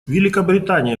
великобритания